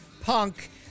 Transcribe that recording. Punk